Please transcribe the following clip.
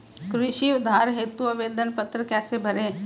कृषि उधार हेतु आवेदन पत्र कैसे भरें?